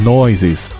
Noises